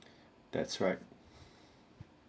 that's right